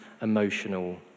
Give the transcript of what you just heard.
emotional